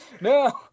no